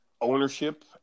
ownership